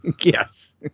Yes